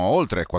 oltre